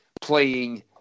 playing